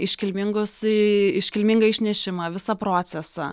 iškilmingus į iškilmingą išnešimą visą procesą